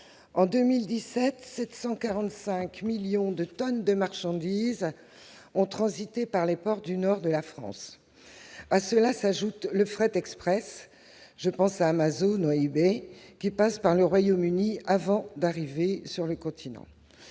ce sont 745 millions de tonnes de marchandises qui ont transité par les ports du nord de la France. À cela s'ajoute le fret express- je pense à Amazon ou à eBay -, qui passe par le Royaume-Uni avant d'arriver sur le continent.